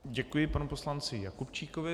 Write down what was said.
Děkuji panu poslanci Jakubčíkovi.